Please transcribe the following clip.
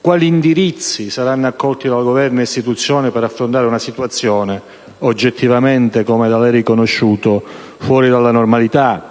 quali indirizzi saranno accolti da Governo e istituzioni per affrontare una situazione oggettivamente - come da lei riconosciuto - fuori dalla normalità